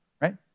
right